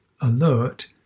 alert